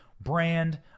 brand